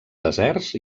deserts